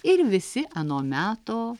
ir visi ano meto